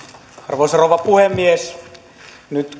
arvoisa rouva puhemies nyt